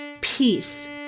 Peace